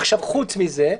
חוץ מזה,